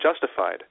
justified